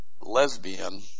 lesbian